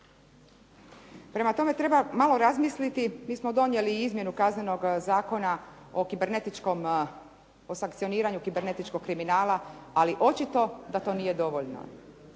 Prema tome, treba malo razmisliti. Mi smo donijeli i izmjenu Kaznenog zakona o kibernetičkom o sankcioniranju kibernetičkog kriminala, ali očito da to nije dovoljno.